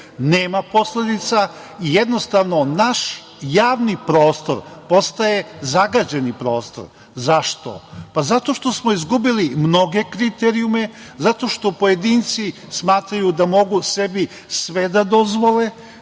posledica i jednostavno naš javni prostor postaje zagađeni prostor. Zašto? Zato što smo izgubili mnoge kriterijume, zato što pojedinci smatraju da mogu sebi sve da dozvole,